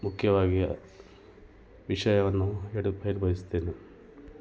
ಮುಖ್ಯವಾಗಿ ವಿಷಯವನ್ನು ಹೇಳ ಹೇಳ ಬಯಸ್ತೇನೆ